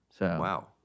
Wow